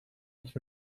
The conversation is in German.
nicht